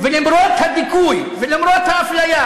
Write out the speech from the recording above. ולמרות הדיכוי ולמרות האפליה